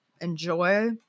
enjoy